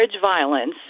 violence